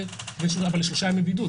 אבל לשלושה ימי בידוד.